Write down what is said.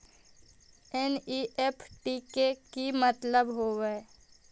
NEFT के कि मतलब होइ?